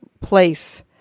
place